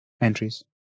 entries